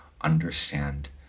understand